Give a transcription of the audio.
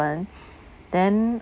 happen then